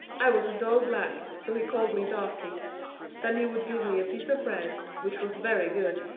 i was a dull black, so he called me darkie then he would give me a piece of bread, which was very good,